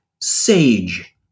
Sage